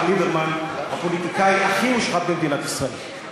מר ליברמן, הפוליטיקאי הכי מושחת במדינת ישראל.